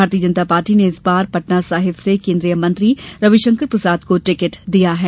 भारतीय जनता पार्टी ने इस बार पटना साहिब से केन्द्रीय मंत्री रवि शंकर प्रसाद को टिकट दिया है